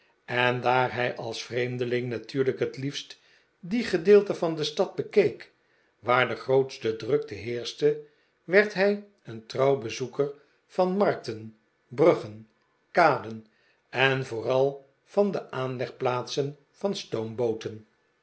en daar hij als vreemdeling natuurlijk het liefst die gedeelten van cje stad bekeek waar de grootste drukte heerschte werd hij een trouw bezoeker van markten bruggen kaden en vooral van de aanlegplaatsen van